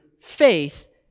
faith